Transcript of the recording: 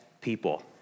people